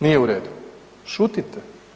Nije u redu, šutite.